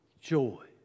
joy